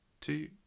two